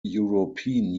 european